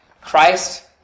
Christ